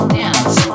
dance